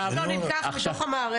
ממש לא נלקח מתוך המערכת.